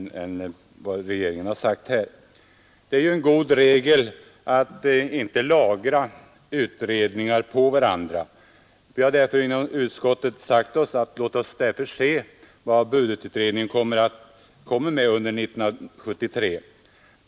Det är en god regel att inte stapla utredningar på varandra. Vi har därför inom utskottet sagt oss, att vi bör avvakta budgetutredningens förslag under 1973.